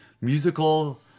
musical